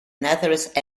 nazareth